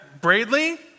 Bradley